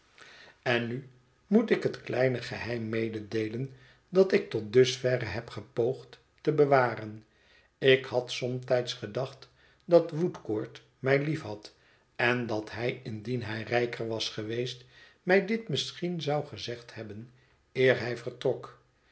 en nu moet ik het kleine geheim mededeelen dat ik tot dusverre heb gepoogd te bewaren ik had somtijds gedacht dat woodcourt mij liefhad en dat hij indien hij rijker was geweest mij dit misschien zou gezegd hebben eer hij